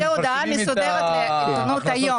תצא הודעה מסודרת לעיתונות היום.